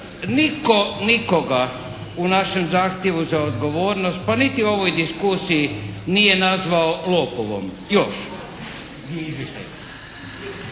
nitko nikoga u našem zahtjevu za odgovornost pa niti u ovoj diskusiji nije nazvao lopovom. Još.